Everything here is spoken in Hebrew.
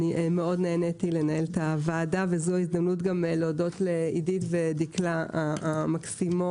מאוד נהניתי לנהל את הוועדה וזו ההזדמנות להודות לעידית ולדקלה המסורות,